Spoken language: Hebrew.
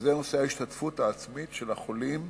וזה נושא ההשתתפות העצמית של החולים